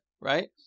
right